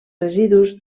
residus